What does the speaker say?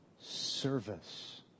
service